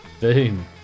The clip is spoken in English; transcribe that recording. boom